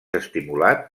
estimulat